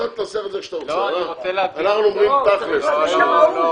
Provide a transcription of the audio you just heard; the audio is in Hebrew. תסלחו לי, אני מבקשת לא להפריע עכשיו.